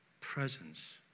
presence